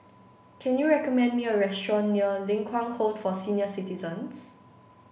can you recommend me a restaurant near Ling Kwang Home for Senior Citizens